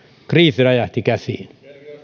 kriisi räjähti käsiin